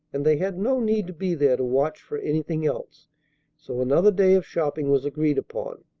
and they had no need to be there to watch for anything else so another day of shopping was agreed upon.